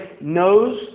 knows